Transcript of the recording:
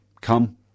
come